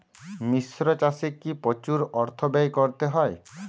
মিশ্র চাষে কি প্রচুর অর্থ ব্যয় করতে হয়?